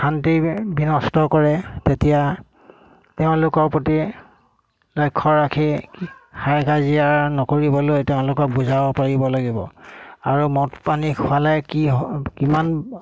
শান্তি বিনষ্ট কৰে তেতিয়া তেওঁলোকৰ প্ৰতি লক্ষ্য ৰাখি হাই কাজিয়া নকৰিবলৈ তেওঁলোকক বুজাব পাৰিব লাগিব আৰু মদ পানী খোৱালে কি হ কিমান